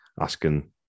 asking